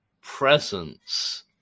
presence